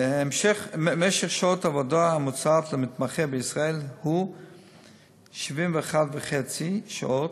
מספר שעות העבודה הממוצע של מתמחה בישראל הוא 71.5 שעות,